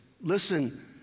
Listen